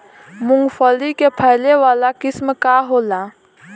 मूँगफली के फैले वाला किस्म का होला?